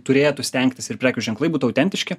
turėtų stengtis ir prekių ženklai būt autentiški